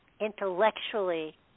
intellectually